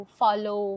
follow